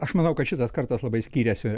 aš manau kad šitas kartas labai skyrėsi